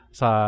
sa